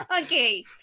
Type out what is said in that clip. Okay